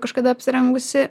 kažkada apsirengusi